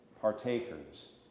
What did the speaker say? partakers